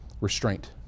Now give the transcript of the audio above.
restraint